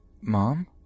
Mom